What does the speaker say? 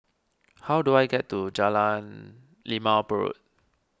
how do I get to Jalan Limau Purut